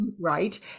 Right